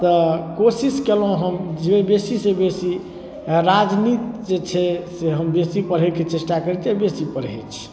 तऽ कोशिश कयलहुँ हम जे बेसीसँ बेसी राजनीति जे छै से हम बेसी पढ़ैके चेष्टा करैत छी तैँ बेसी पढ़ैत छी